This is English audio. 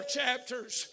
chapters